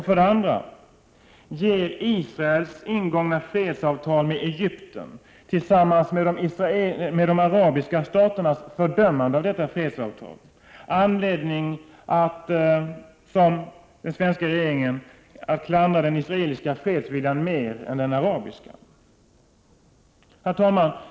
För det andra: Ger Israels ingångna fredsavtal med Egypten jämte de arabiska staternas fördömande av detta fredsavtal anledning att, som den svenska regeringen gör, klandra den israeliska fredsviljan mer än den arabiska? Herr talman!